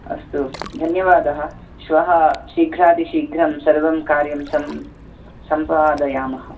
अस्तु धन्यवादाः श्वः शीघ्रातिशीघ्रं सर्वं कार्यं सम् सम्पादयामः